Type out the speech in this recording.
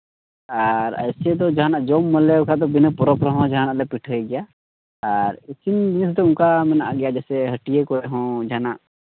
ᱟᱨ ᱮᱭᱥᱮ ᱫᱚ ᱡᱟᱦᱟᱱᱟᱜ ᱡᱚᱢ ᱵᱚᱞᱮ ᱵᱟᱠᱷᱟᱱ ᱵᱤᱱᱟ ᱯᱚᱨᱚᱵᱽ ᱨᱮ ᱦᱚᱸ ᱡᱟᱦᱟᱱᱟᱜ ᱞᱮ ᱯᱤᱴᱷᱟᱹᱭ ᱜᱮᱭᱟ ᱟᱨ ᱤᱥᱤᱱ ᱡᱤᱱᱤᱥ ᱫᱚ ᱚᱱᱠᱟ ᱢᱮᱱᱟᱜ ᱜᱮᱭᱟ ᱡᱮᱥᱮ ᱦᱟᱹᱴᱤᱭᱟᱹ ᱠᱚᱨᱮᱜ ᱦᱚᱸ ᱡᱟᱦᱟᱱᱟᱜ